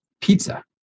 pizza